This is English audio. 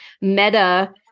Meta